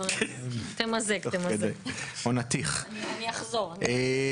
הגלילי, איגוד לשכות המסחר.